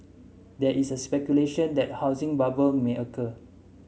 there is a speculation that a housing bubble may occur